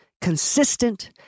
consistent